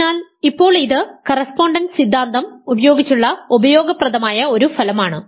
അതിനാൽ ഇപ്പോൾ ഇത് കറസ്പോണ്ടൻസ് സിദ്ധാന്തം ഉപയോഗിച്ചുള്ള ഉപയോഗപ്രദമായ ഒരു ഫലമാണ്